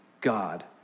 God